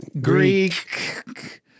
Greek